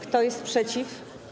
Kto jest przeciw?